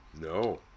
No